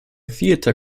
theatre